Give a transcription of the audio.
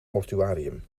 mortuarium